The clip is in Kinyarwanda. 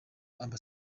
amb